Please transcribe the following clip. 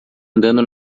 andando